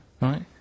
Right